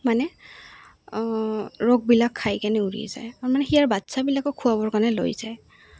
মানে ৰসবিলাক খাই কেনে উৰি যায় আৰু মানে তাৰ বাচ্ছাবিলাকো খোৱাবৰ কাৰণে লৈ যায়